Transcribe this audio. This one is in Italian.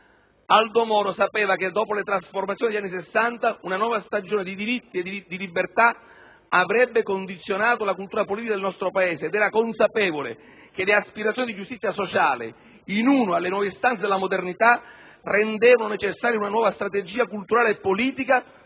Aldo Moro sapeva che dopo le trasformazioni degli anni Sessanta una nuova stagione di diritti e di libertà avrebbe condizionato la cultura politica del nostro Paese ed era consapevole che le aspirazioni di giustizia sociale, insieme alle nuove istanze della modernità, rendevano necessaria una nuova strategia culturale e politica